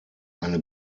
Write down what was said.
eine